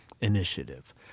Initiative